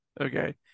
okay